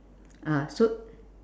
ah so